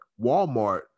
walmart